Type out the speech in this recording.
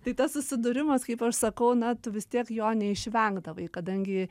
tai tas susidūrimas kaip aš sakau na tu vis tiek jo neišvengdavai kadangi